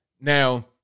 Now